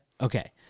Okay